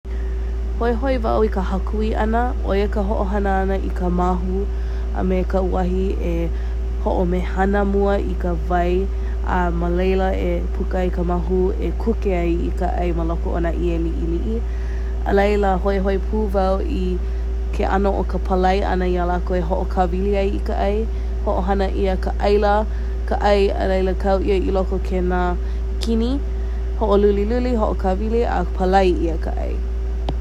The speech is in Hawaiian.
Hoihoi wau i ka hākui ‘ana, ‘o ia ka ho’ohana ‘ana i ka māhu a me ka uahi e ho’omēhana mua i ka wai a ma laila e puka ai ka māhu e kuke ai ka ‘ai ma loko o nā ‘ie li’ili’i. A laila hoihoi pū wau i ke ‘ano o ka palai ‘ana iā lākou e ho’okāwili ai i ka ‘ai. Ho’ohana ‘ia ka ‘aila, ka ‘ai a laila kau i loko o kēnā kini, ho’oluliluli, ho’okāwili a palai ‘ia ka ‘ai.